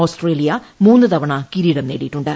Australia മൂന്ന് തവണ കിരീടം നേടിയിട്ടുണ്ട്